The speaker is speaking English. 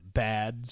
bad